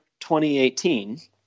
2018